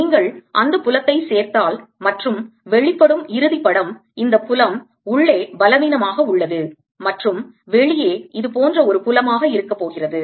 நீங்கள் அந்த புலத்தை சேர்த்தால் மற்றும் வெளிப்படும் இறுதி படம் இந்த புலம் உள்ளே பலவீனமாக உள்ளது மற்றும் வெளியே இது போன்ற ஒரு புலமாக இருக்க போகிறது